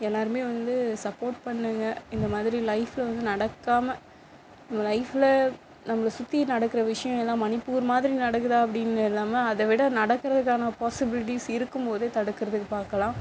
எல்லாேருமே வந்து சப்போர்ட் பண்ணுங்க இந்த மாதிரி லைஃப்பில் வந்து நடக்காமல் நம்ம லைஃப்பில் நம்மள சுற்றி நடக்கிற விஷயம் எல்லாம் மணிப்பூர் மாதிரி நடக்குதா அப்படினு இல்லாமல் அதைவிட நடக்கிறதுக்கான பாசிபிலிட்டீஸ் இருக்கும் போதே தடுக்கிறதுக்கு பார்க்கலாம்